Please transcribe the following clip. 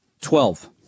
Twelve